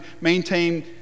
maintain